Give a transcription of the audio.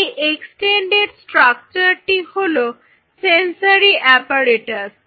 এই এক্সটেন্ডেড স্ট্রাকচারটি হলো সেনসরি অ্যাপারেটাস